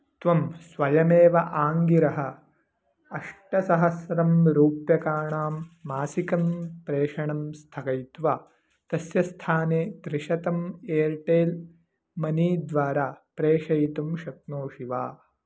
त्वं स्वयमेव आङ्गिरः अष्टसहस्रं रूप्यकाणां मासिकं प्रेषणं स्थगयित्वा तस्य स्थाने त्रिशतम् एर्टेल् मनी द्वारा प्रेषयितुं शक्नोषि वा